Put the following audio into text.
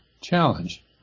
challenge